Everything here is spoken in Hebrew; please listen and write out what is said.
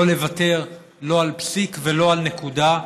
לא לוותר לא על פסיק ולא על נקודה,